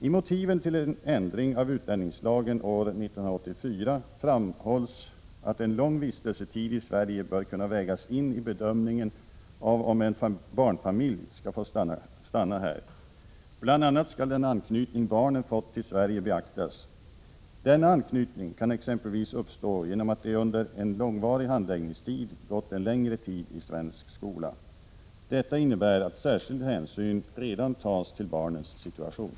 I motiven till en ändring i utlänningslagen år 1984, proposition 1983/84:144 s. 127, framhålls att en lång vistelsetid i Sverige bör kunna vägas in i bedömningen av om en barnfamilj skall få stanna här. Bl.a. skall den anknytning barnen fått till Sverige beaktas. Denna anknytning kan exempelvis uppstå genom att de under en långvarig handläggningstid gått en längre tid i svensk skola. Detta innebär att särskild hänsyn redan tas till barnens situation.